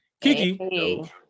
Kiki